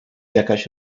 jakaś